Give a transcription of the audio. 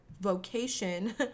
vocation